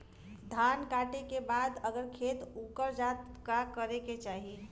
धान कांटेके बाद अगर खेत उकर जात का करे के चाही?